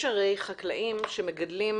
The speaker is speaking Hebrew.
יש חקלאים שמגדלים